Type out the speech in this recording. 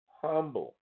humble